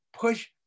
push